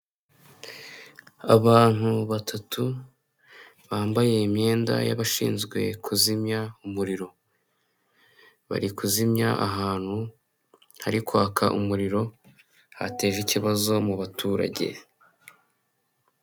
Abantu batatu, bambaye imyenda y'abashinzwe kuzimya umuriro. Bari kuzimya ahantu hari kwaka umuriro, hateje ikibazo mu baturage.